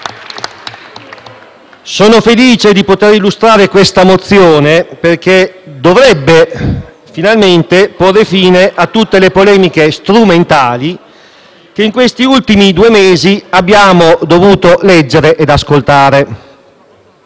Sono felice di poter illustrare questa mozione perché dovrebbe finalmente porre fine a tutte le polemiche strumentali che in questi ultimi due mesi abbiamo dovuto leggere e ascoltare